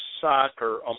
soccer